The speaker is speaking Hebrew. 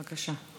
בבקשה.